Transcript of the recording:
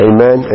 Amen